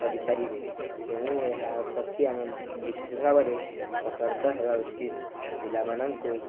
କରିପାରିବେ ତେଣୁ ଏହାପ୍ରତି ଆମେ ବିଶେଷ ଭାବରେ ସତର୍କ ହେବା ଉଚିତ୍ ପିଲାମାନଙ୍କୁ